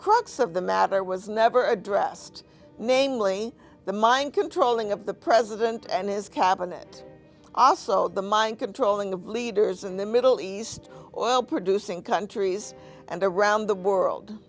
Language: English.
crux of the matter was never addressed namely the mind controlling of the president and his cabinet also the mind controlling of leaders in the middle east oil producing countries and around the world